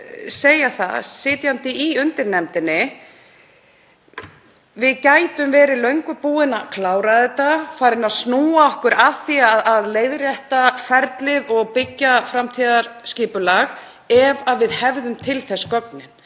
segja það, sitjandi í undirnefndinni: Við gætum löngu verið búin að klára þetta, farin að snúa okkur að því að leiðrétta ferlið og byggja framtíðarskipulag, ef við hefðum gögnin